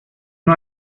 nur